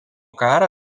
karą